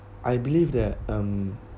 I believe that um